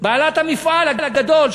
בעלת המפעל הגדול,